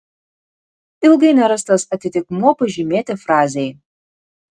ilgai nerastas atitikmuo pažymėti frazei